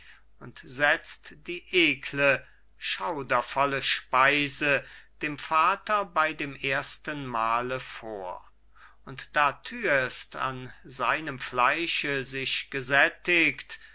und setzt die ekle schaudervolle speise dem vater bei dem ersten mahle vor und da thyest an seinem fleische sich gesättigt